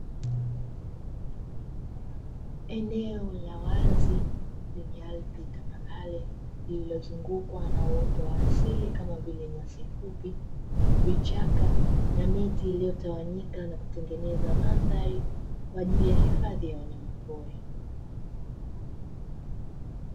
Eneo la wazi lenye ardhi tambarare, lililozungukwa na uoto wa asili kama vile: nyasi fupi, vichaka na miti iliyotawanyika kutengeneza mandhari kwa ajili ya hifadhi ya wanyamapori.